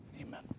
amen